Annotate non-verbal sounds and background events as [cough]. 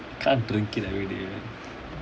I like water but [noise] can't drink it everyday